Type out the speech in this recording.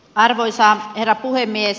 arvoisa herra puhemies